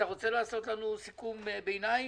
אתה רוצה לעשות לנו סיכום ביניים,